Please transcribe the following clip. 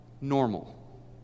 normal